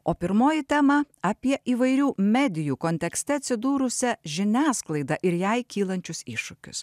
o pirmoji tema apie įvairių medijų kontekste atsidūrusią žiniasklaidą ir jai kylančius iššūkius